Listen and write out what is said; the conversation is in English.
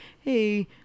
hey